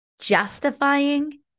justifying